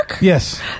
Yes